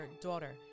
daughter